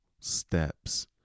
steps